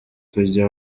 kujya